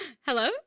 Hello